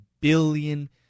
billion